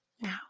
now